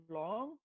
long